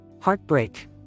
Heartbreak